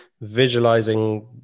visualizing